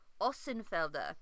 Ossenfelder